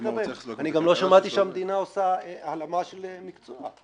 אני גם לא שמעתי שהמדינה עושה הלאמה של מקצוע.